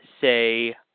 say